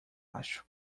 acho